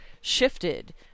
shifted